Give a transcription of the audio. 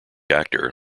actor